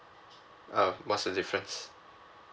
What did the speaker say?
ah what's the difference